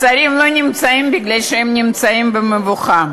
השרים לא נמצאים מפני שהם נמצאים במבוכה.